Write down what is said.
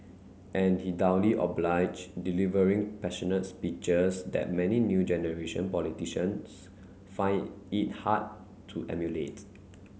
and he obliged delivering passionate speeches that many new generation politicians find it hard to emulate